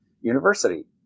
University